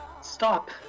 stop